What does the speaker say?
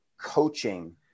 coaching